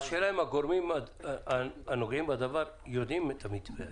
השאלה אם הגורמים הנוגעים בדבר יודעים את המתווה.